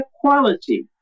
quality